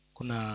Kuna